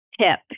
tip